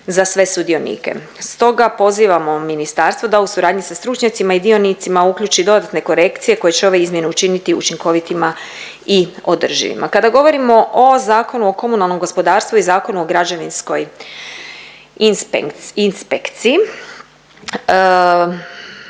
za sve sudionike. Stoga pozivamo ministarstvo da u suradnji sa stručnjacima i dionicima uključi dodatne korekcije koje će ove izmjene učiniti učinkovitima i održivima. Kada govorimo o Zakonu o komunalnom redarstvu i Zakonu o građevinskoj inspekciji